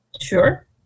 Sure